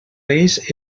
reis